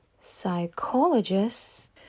psychologist